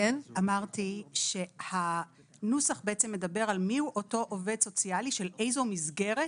אמרתי שהנוסח מדבר על מי הוא אותו עובד סוציאלי של איזו מסגרת,